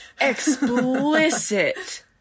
explicit